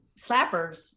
slappers